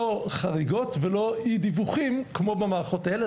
לא חריגות ולא אי דיווחים כמו במערכות האלה.